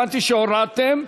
הבנתי שהורדתם.